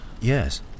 Yes